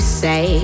say